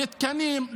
לתקנים,